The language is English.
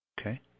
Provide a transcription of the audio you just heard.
Okay